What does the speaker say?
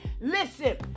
Listen